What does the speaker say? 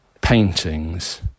paintings